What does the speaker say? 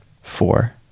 Four